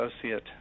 associate